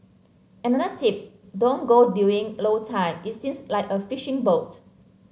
another tip don't go during low tide it smells like a fishing boat